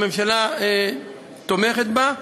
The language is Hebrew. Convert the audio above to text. הממשלה תומכת בה,